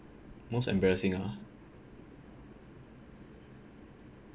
most embarrassing ah